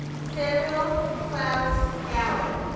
samuel claus gowen